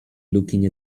looking